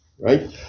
right